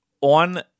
on